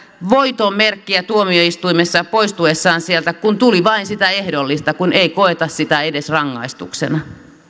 voiton merkkiä tuomioistuimessa poistuessaan sieltä kun tuli vain sitä ehdollista kun ei koeta sitä edes rangaistuksena